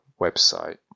website